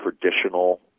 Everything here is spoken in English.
traditional